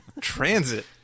Transit